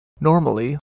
Normally